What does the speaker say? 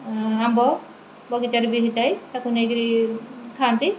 ଆମ୍ବ ବଗିଚାରେ ବି ହୋଇଥାଏ ତାକୁ ନେଇକରି ଖାଆନ୍ତି